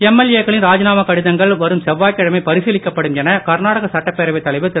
MLA க்களின் ராஜினாமா கடிதங்கள் வரும் செவ்வாய்கிழமை பரிசீலிக்கப்படும் என கர்நாடக சட்டப்பேரவைத் தலைவர் திரு